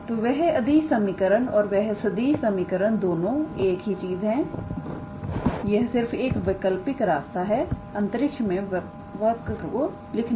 तो वह अदिश समीकरण और वह सदिश समीकरण दोनों एक ही चीज है यह सिर्फ एक वैकल्पिक रास्ता है अंतरिक्ष में वर्क को लिखने का